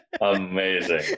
Amazing